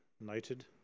noted